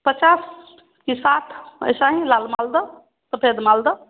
पचास या साठ ऐसा ही लाल मालदा सफ़ेद मालदा